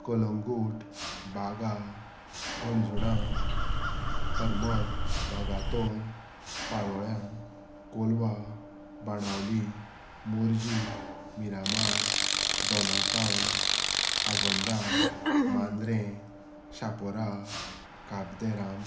Calangute Baga Anjuna Harmal Vagator Palolem Colva Benaulim Morjim Miramar Dona Paula Agonda Mandrem Chapora Cabo de Ram